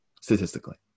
statistically